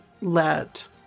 let